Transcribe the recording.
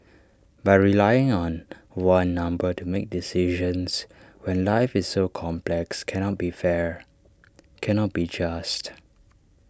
but relying on one number to make decisions when life is so complex cannot be fair cannot be just